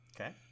Okay